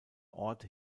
ort